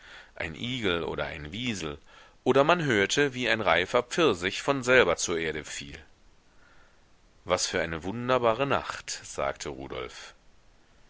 ein igel oder ein wiesel oder man hörte wie ein reifer pfirsich von selber zur erde fiel was für eine wunderbare nacht sagte rudolf